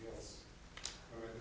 yeah i